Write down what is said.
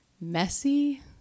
messy